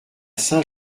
saint